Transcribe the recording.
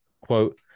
quote